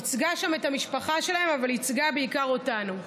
ייצגה שם את המשפחה שלהם, אבל ייצגה בעיקר אותנו.